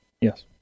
Yes